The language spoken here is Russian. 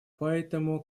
поэтому